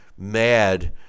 Mad